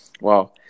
wow